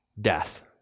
death